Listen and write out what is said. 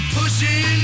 pushing